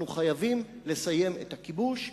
אנחנו חייבים לסיים את הכיבוש.